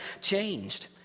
changed